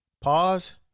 Pause